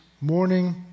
morning